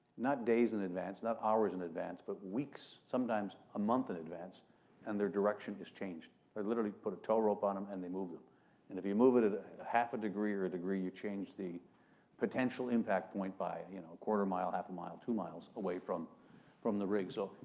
not days in advance, not hours in advance, but weeks, sometimes month, in advance and their direction is changed. they literally put a tow rope on them and they move them and if you move it at a half a degree or a degree, you change the potential impact point by, you know, quarter mile, half a mile, two miles away from from the rig. so,